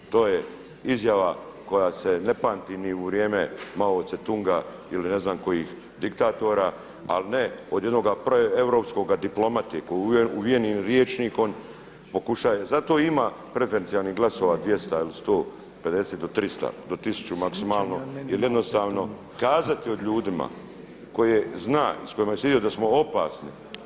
To je izjava koja se ne pamti ni u vrijeme Mao Ce-tunga ili ne znam kojih diktatora ali ne od jednoga proeuropskoga diplomate koji uvijenim rječnikom pokušava, zato i ima preferencijalnih glasova 200 ili 150 do 300 do 1000 maksimalno jer jednostavno kazati o ljudima koje zna i s kojima je sjedio da smo opasni.